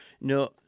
No